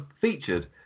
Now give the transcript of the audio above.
featured